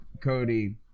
Cody